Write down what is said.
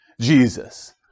Jesus